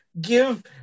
give